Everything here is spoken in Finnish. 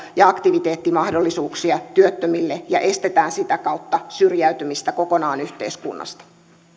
ja aktiviteettimahdollisuuksia työttömille ja estetään sitä kautta syrjäytymistä kokonaan yhteiskunnasta